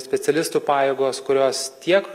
specialistų pajėgos kurios tiek